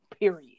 Period